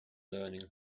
learning